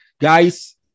Guys